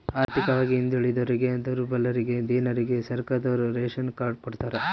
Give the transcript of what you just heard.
ಆರ್ಥಿಕವಾಗಿ ಹಿಂದುಳಿದೋರಿಗೆ ದುರ್ಬಲರಿಗೆ ದೀನರಿಗೆ ಸರ್ಕಾರದೋರು ರೇಶನ್ ಕಾರ್ಡ್ ಕೊಡ್ತಾರ